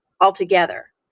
altogether